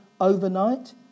Overnight